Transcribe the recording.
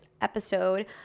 episode